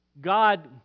God